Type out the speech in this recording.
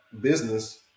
business